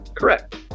Correct